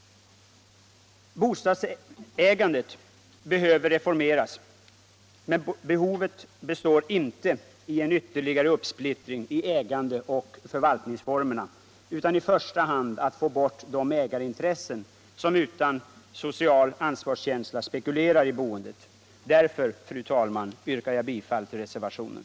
Bostadsägandet behöver reformeras, men behovet består inte i en ytterligare uppsplittring i ägandeoch förvaltningsformerna, utan det gäller i första hand att få bort de ägarintressen som utan social ansvarskänsla spekulerar i boendet. Därför, fru talman, yrkar jag bifall till reservationen.